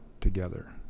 together